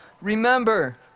remember